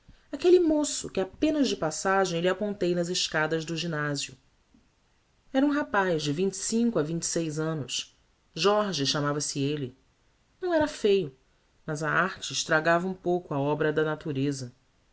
aquelle moço que apenas de passagem lhe apontei nas escadas do gymnasio era um rapaz de vinte e cinco a vinte e seis annos jorge chamava-se elle não era feio mas a arte estragava um pouco a obra da natureza